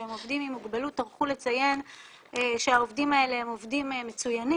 שהם עובדים עם מוגבלות טרחו לציין שהעובדים האלה הם עובדים מצוינים,